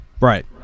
Right